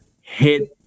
hit